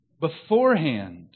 beforehand